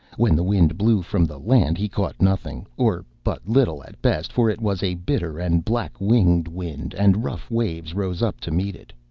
when the wind blew from the land he caught nothing, or but little at best, for it was a bitter and black-winged wind, and rough waves rose up to meet it.